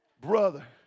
Brother